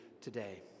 today